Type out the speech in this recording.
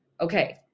Okay